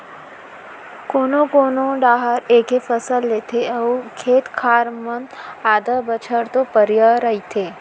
कोनो कोना डाहर एके फसल लेथे अउ खेत खार मन आधा बछर तो परिया रथें